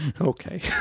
Okay